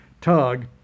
Tug